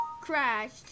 crashed